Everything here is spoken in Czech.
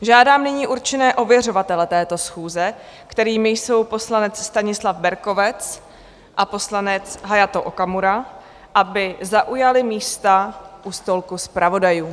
Žádám nyní určené ověřovatele této schůze, kterými jsou poslanec Stanislav Berkovec a poslanec Hayato Okamura, aby zaujali místa u stolku zpravodajů.